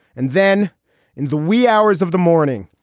and then in the wee hours of the morning,